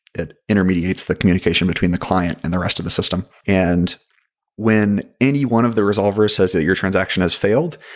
it intermediates the communication between the client and the rest of the system. and when any one of the resolvers says that your transaction has failed,